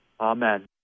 Amen